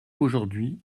aujourd’hui